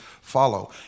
follow